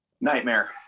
nightmare